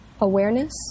Awareness